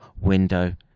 window